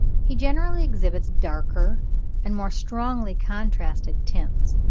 he generally exhibits darker and more strongly-contrasted tints.